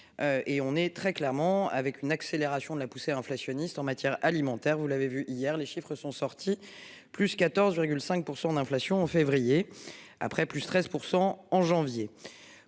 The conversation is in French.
Et on est très clairement avec une accélération de la poussée inflationniste en matière alimentaire, vous l'avez vu hier, les chiffres sont sortis plus 14 5 % d'inflation en février, après plus 13% en janvier.